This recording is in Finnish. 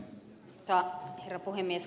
arvoisa herra puhemies